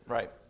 Right